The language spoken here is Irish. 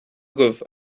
agaibh